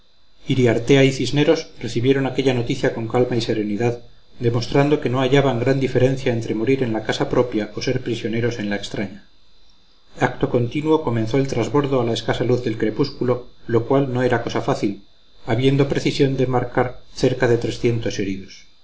iriartea y cisneros recibieron aquella noticia con calma y serenidad demostrando que no hallaban gran diferencia entre morir en la casa propia o ser prisioneros en la extraña acto continuo comenzó el trasbordo a la escasa luz del crepúsculo lo cual no era cosa fácil habiendo precisión de embarcar cerca de trescientos heridos